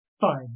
Fine